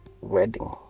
wedding